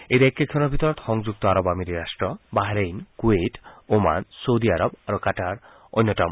এই দেশ কেইখনৰ ভিতৰত সংযুক্ত আৰব আমিৰি ৰট্ট Bahrain Kuwait Oman Saudi Arab আৰু কাটাৰ অন্যতম